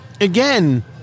Again